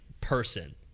person